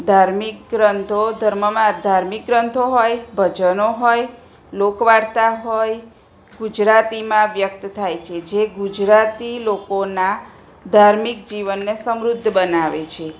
ધાર્મિક ગ્રંથો ધર્મમાં ધાર્મિક ગ્રંથો હોય ભજનો હોય લોકવાર્તા હોય ગુજરાતીમાં વ્યક્ત થાય છે જે ગુજરાતી લોકોના ધાર્મિક જીવનને સમૃદ્ધ બનાવે છે